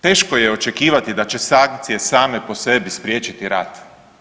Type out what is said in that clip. Teško je očekivati da će sankcije same po sebi spriječiti rat.